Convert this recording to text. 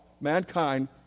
Mankind